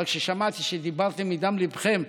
אבל כששמעתי שדיברתם מדם ליבכם,